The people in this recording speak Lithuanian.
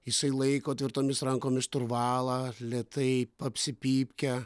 jisai laiko tvirtomis rankomis šturvalą lėtai papsi pypkę